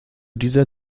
dieser